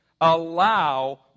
allow